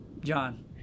John